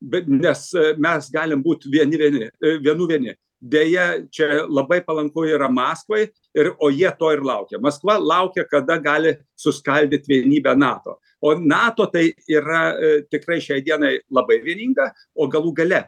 bet nes mes galim būt vieni vieni vienų vieni deja čia labai palanku yra maskvai ir o jie to ir laukia maskva laukia kada gali suskaldyt vienybę nato o nato tai yra tikrai šiai dienai labai vieninga o galų gale